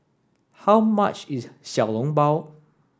how much is Xiao Long Bao